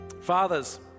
Fathers